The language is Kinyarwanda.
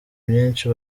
myinshi